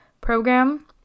Program